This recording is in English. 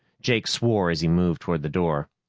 jake swore as he moved toward the door.